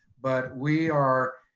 but we are